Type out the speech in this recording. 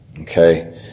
okay